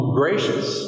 gracious